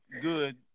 good